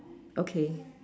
okay